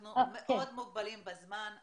אנחנו מאוד מוגבלים בזמן.